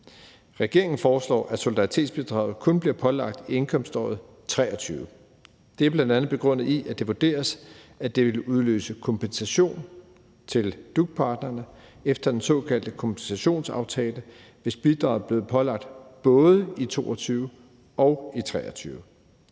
Regeringen foreslår, at solidaritetsbidraget kun bliver pålagt i indkomståret 2023. Det er bl.a. begrundet i, at det vurderes, at det vil udløse kompensation til DUC-partnerne efter den såkaldte kompensationsaftale, hvis bidraget er blevet pålagt både i 2022 og i 2023.